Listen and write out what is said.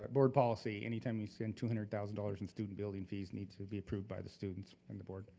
ah board policy, anytime you spend two hundred thousand dollars in student building fees need to be approved by the students and the board.